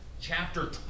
chapter